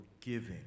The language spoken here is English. forgiving